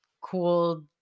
cool